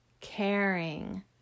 caring